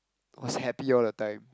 was happy all the time